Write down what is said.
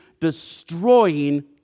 destroying